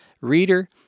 Reader